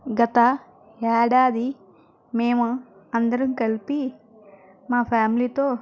గత ఏడాది మేము అందరం కలిపి మా ఫ్యామిలీ తో